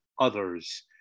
Others